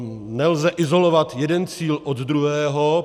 Nelze izolovat jeden cíl od druhého.